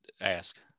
ask